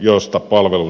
arvoisa puhemies